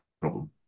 problem